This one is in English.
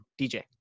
DJ